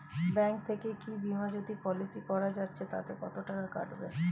Bank থেকে কী Bima Jyoti policy করা যাচ্ছে তাতে কত করে কাটবে?